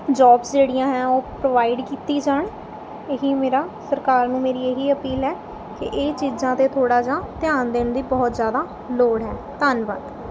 jobs ਜਿਹੜੀਆਂ ਹੈ ਉਹ ਪ੍ਰੋਵਾਈਡ ਕੀਤੀ ਜਾਣ ਇਹੀ ਮੇਰਾ ਸਰਕਾਰ ਨੂੰ ਮੇਰੀ ਇਹੀ ਅਪੀਲ ਹੈ ਕਿ ਇਹ ਚੀਜ਼ਾਂ 'ਤੇ ਥੋੜ੍ਹਾ ਜਿਹਾ ਧਿਆਨ ਦੇਣ ਦੀ ਬਹੁਤ ਜ਼ਿਆਦਾ ਲੋੜ ਹੈ ਧੰਨਵਾਦ